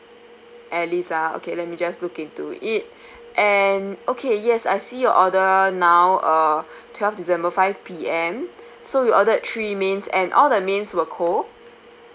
alice ah okay let me just look into it and okay yes I see your order now uh twelve december five P_M so you've ordered three mains and all the mains were cold